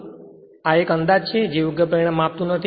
તેથી આ એક અંદાજ છે જે તે યોગ્ય પરિણામ આપતું નથી